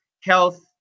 health